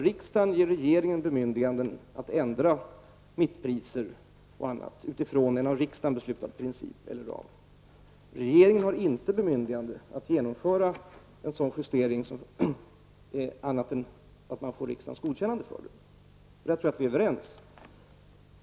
Riksdagen ger regeringen bemyndiganden om att ändra mittpriser och annat utifrån en av riksdagen beslutad princip eller ram. Regeringen har inte bemyndigande att genomföra en sådan justering annat än om man får riksdagens godkännande för det. Jag tror att vi är överens på den punkten.